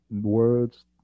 words